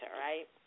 right